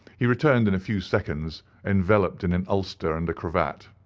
he returned in a few seconds enveloped in an ulster and a cravat.